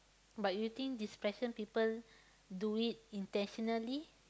but you think depression people do it intentionally